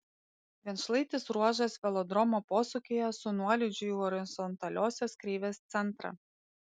vienšlaitis ruožas velodromo posūkyje su nuolydžiu į horizontaliosios kreivės centrą